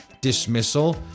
dismissal